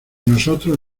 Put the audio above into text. nosotros